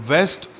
West